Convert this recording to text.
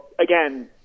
again